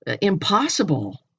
impossible